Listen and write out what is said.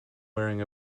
wearing